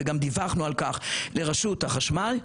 וגם דיווחנו על כך לרשות החשמל,